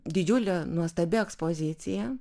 didžiulė nuostabi ekspozicija